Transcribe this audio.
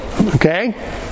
okay